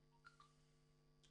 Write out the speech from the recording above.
לקבל.